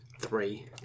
Three